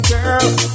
Girl